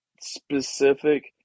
specific